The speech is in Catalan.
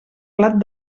plat